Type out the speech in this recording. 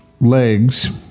legs